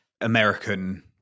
American